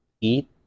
eat